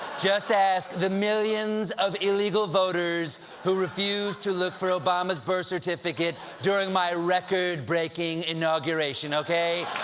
just ask the millions of illegal voters who refused to look for obama's birth certificate, during my record-breaking inauguration. okay?